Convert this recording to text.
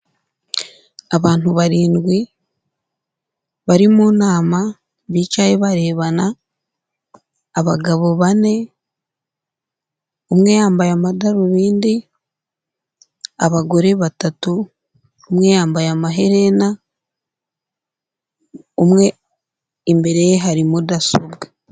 Abantu barindwi bari mu nama bicaye barebana abagabo bane, umwe yambaye amadarubindi, abagore batatu umwe yambaye amaherena, umwe imbere ye hari mudasobwa.